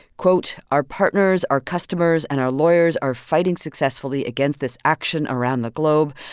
quote, our partners, our customers and our lawyers are fighting successfully against this action around the globe.